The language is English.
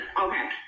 Okay